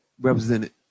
represented